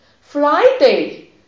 Friday